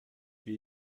will